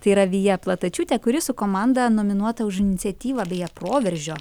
tai yra vija platačiūtė kuri su komanda nominuota už iniciatyvą beje proveržio